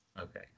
Okay